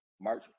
March